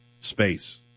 space